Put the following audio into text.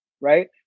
right